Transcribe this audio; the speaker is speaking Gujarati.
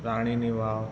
રાણીની વાવ